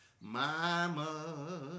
mama